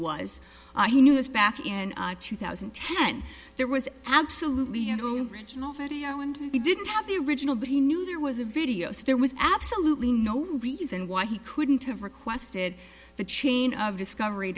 was he knew this back in two thousand and ten there was absolutely whom original video and he didn't have the original but he knew there was a video so there was absolutely no reason why he couldn't have requested the chain of discovery